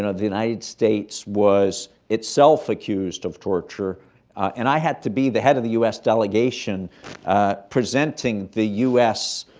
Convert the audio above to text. and the united states was itself accused of torture and i had to be the head of the u s. delegation ah presenting the u s.